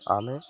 ଆମେ